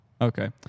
Okay